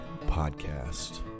Podcast